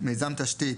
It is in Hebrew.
"מיזם תשתית"